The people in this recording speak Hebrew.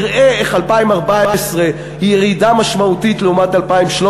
יראה איך 2014 היא ירידה משמעותית לעומת 2013,